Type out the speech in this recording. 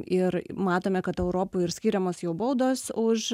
ir matome kad europoj ir skiriamos jau baudos už